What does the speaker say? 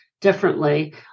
differently